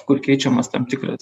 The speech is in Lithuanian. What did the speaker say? kur keičiamas tam tikras